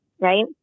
right